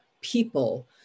people